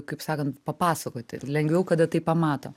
kaip sakant papasakoti lengviau kada tai pamato